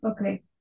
okay